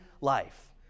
life